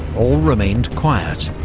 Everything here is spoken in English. all remained quiet,